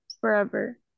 forever